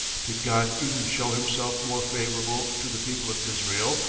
did god even show himself more favourable to the people of israel,